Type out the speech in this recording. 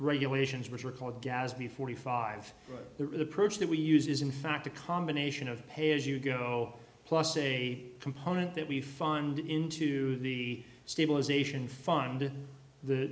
regulations which are called gaz b forty five the approach that we use is in fact a combination of pay as you go plus a component that we fund into the stabilization fund the